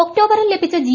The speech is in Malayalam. ഒക്ടോബറിൽ ലഭിച്ച ജി